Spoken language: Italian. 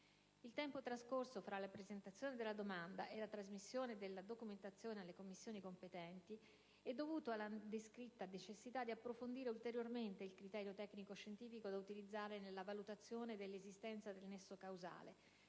Il tempo trascorso tra la presentazione della domanda e la trasmissione della documentazione alle commissioni competenti è dovuto alla descritta necessità di approfondire ulteriormente il criterio tecnico-scientifico da utilizzare nella valutazione dell'esistenza del nesso causale,